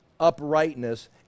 uprightness